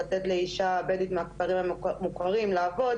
לתת לאישה בדואית מהכפרים המוכרים לעבוד.